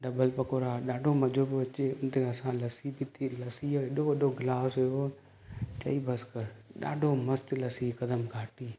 डॿल पकोड़ा ॾाढो मज़ो पियो अचे उते असां लस्सी पिती लस्सी जो एॾो वॾो ग्लास हुओ चयईं बसि कर ॾाढो मस्तु लस्सी हिकदमि घाटी